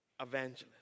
Evangelist